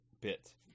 bit